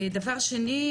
דבר שני,